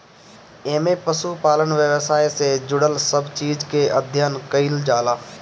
एमे पशुपालन व्यवसाय से जुड़ल सब चीज के अध्ययन कईल जाला